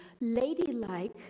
ladylike